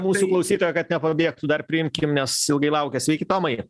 mūsų klausytoja kad nepabėgtų dar priimkim nes ilgai laukia sveiki tomai